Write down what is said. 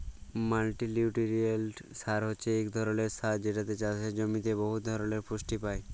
মাল্টিলিউটিরিয়েল্ট সার হছে ইক ধরলের সার যেটতে চাষের জমিতে বহুত ধরলের পুষ্টি পায়